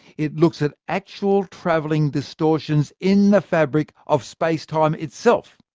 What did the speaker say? it looks at actual travelling distortions in the fabric of space-time itself.